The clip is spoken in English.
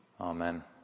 Amen